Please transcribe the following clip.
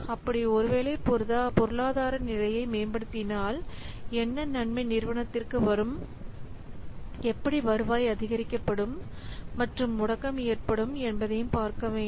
அப்படி ஒருவேளை பொருளாதார நிலையை மேம்படுத்தினால் என்ன நன்மை நிறுவனத்திற்கு வரும் எப்படி வருவாய் அதிகரிக்கப்படும் மற்றும் முடக்கம் ஏற்படும் என்பதையும் பார்க்க வேண்டும்